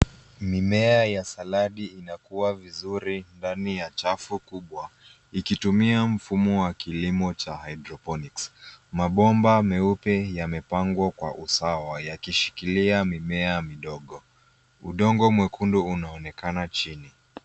Mimea ya saladi inakua vizuri ndani ya chafu kubwa ikitumia mfumo wa kilimo cha hydroponics .Mabomba meupe yamepangwa kwa usawa yakishikilia mimea midogo. Udongo mwekundu unaonekana chini.